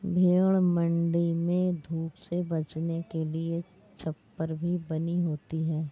भेंड़ मण्डी में धूप से बचने के लिए छप्पर भी बनी होती है